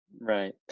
Right